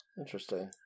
interesting